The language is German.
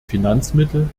finanzmittel